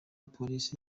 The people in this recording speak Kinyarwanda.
polisi